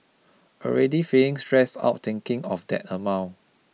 already feeling stressed out thinking of that amount